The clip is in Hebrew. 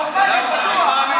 אתה צבוע לא